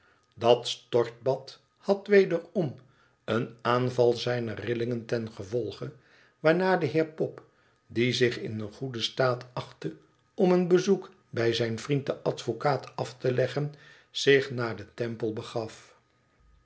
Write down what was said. dat stortbad had wederom een aanval zijner rillingen ten gevolge waarna de heer pop die zich in een goeden staat achtte om een bezoek bij zijn vriend den advocaat af te leggen zich naarden temple begaf